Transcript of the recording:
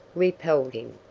repelled him.